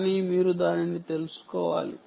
కానీ మీరు దానిని తెలుసుకోవాలి